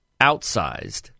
outsized